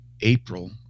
April